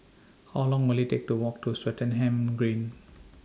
How Long Will IT Take to Walk to Swettenham Green